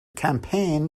campaign